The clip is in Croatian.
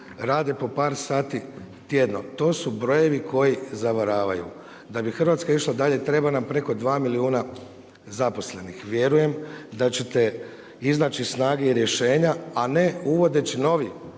rade po par sati tjedno, to su brojevi koji zavaravaju. Da bi Hrvatska išla dalje treba nam preko dva milijuna zaposlenih. Vjerujem da ćete iznaći snage i rješenja, a ne uvodeći novi